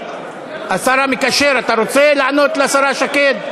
השר המקשר, אתה רוצה לענות לשרה שקד?